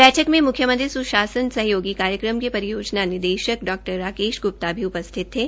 बैठक में मुख्यमंत्री सुशासन सहयोगी कार्यक्रम के परियोजना निदेशक डॉ राकेश ग्रुप्ता भी उपस्थित थे